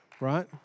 Right